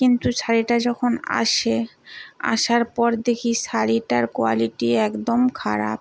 কিন্তু শাড়িটা যখন আসে আসার পর দেখি শাড়িটার কোয়ালিটি একদম খারাপ